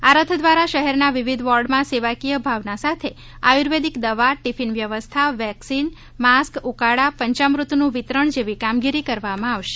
આ રથ દ્વારા શહેરના વિવિધ વોર્ડમાં સેવાકીય ભાવના સાથે આયુર્વેદિક દવા ટીફીન વ્યવસ્થા વેકસીન માસ્ક ઉકાળા પંચામૃતનું વિતરણ જેવી કામગીરી કરવામાં આવશે